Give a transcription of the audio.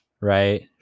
right